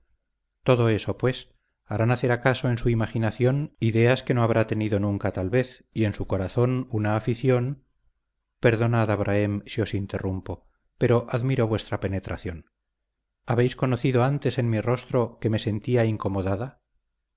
todo eso pues hará nacer acaso en su imaginación ideas que no habrá tenido nunca tal vez y en su corazón una afición perdonad abrahem si os interrumpo pero admiro vuestra penetración habéis conocido antes en mi rostro que me sentía incomodada